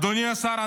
אדוני השר,